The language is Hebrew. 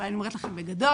אבל אני אומרת לכם בגדול.